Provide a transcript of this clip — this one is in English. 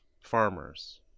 farmers